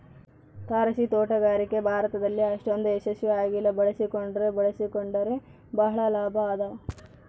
ತಾರಸಿತೋಟಗಾರಿಕೆ ಭಾರತದಲ್ಲಿ ಅಷ್ಟೊಂದು ಯಶಸ್ವಿ ಆಗಿಲ್ಲ ಬಳಸಿಕೊಂಡ್ರೆ ಬಳಸಿಕೊಂಡರೆ ಬಹಳ ಲಾಭ ಅದಾವ